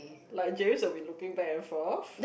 like Jayes will be looking back and forth